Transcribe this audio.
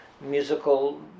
musical